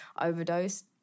overdosed